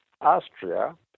Austria